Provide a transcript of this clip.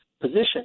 position